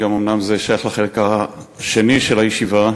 אומנם זה שייך לחלק השני של הישיבה,